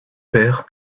père